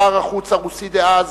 שר החוץ הרוסי דאז,